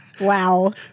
Wow